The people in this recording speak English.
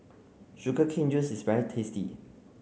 sugar cane juice is very tasty